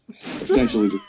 essentially